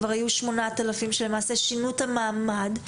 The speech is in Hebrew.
כבר היו 8,000 שלמעשה שינו את המעמד.